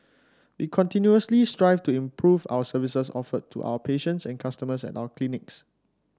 we continuously strive to improve our services offered to our patients and customers at our clinics